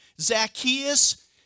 Zacchaeus